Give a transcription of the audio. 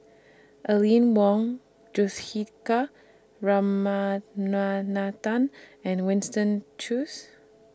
Aline Wong Juthika and Winston Choos